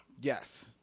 Yes